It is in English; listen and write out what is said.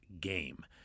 game